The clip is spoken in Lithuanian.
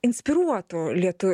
inspiruotų lietų